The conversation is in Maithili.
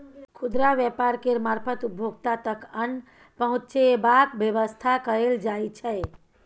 खुदरा व्यापार केर मारफत उपभोक्ता तक अन्न पहुंचेबाक बेबस्था कएल जाइ छै